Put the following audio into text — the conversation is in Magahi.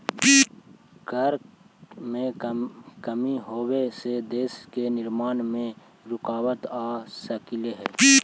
कर में कमी होबे से देश के निर्माण में रुकाबत आ सकलई हे